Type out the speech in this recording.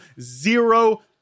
zero